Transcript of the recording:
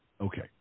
Okay